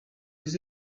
his